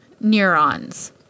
neurons